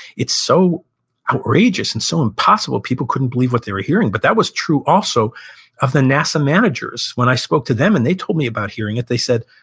it's so outrageous and so impossible, people couldn't believe what they were hearing. but that was true also of the nasa managers. when i spoke to them and they told me about hearing it, they said,